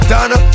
Donna